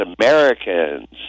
Americans